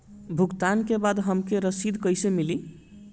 भुगतान के बाद हमके रसीद कईसे मिली?